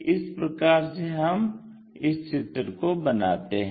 इस प्रकार से हम इस चित्र को बनाते हैं